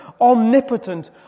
omnipotent